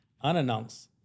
unannounced